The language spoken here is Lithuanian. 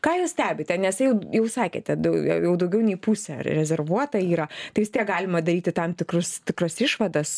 ką jūs stebite nes jei jau sakėte dau jau daugiau nei pusė rezervuota yra tai vis tiek galima daryti tam tikrus tikras išvadas